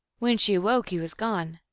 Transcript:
when she awoke he was gone.